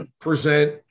present